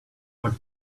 but